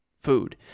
food